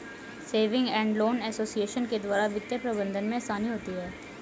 saving and loan association के द्वारा वित्तीय प्रबंधन में आसानी होती है